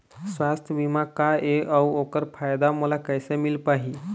सुवास्थ बीमा का ए अउ ओकर फायदा मोला कैसे मिल पाही?